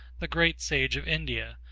the great sage of india,